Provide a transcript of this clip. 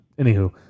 Anywho